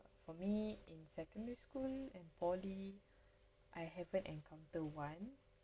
for me in secondary school and poly I haven't encounter one